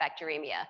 bacteremia